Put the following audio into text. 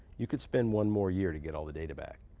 you could spend one more year to get all the data back.